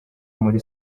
muri